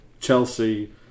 Chelsea